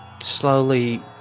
slowly